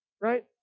Right